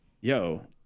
yo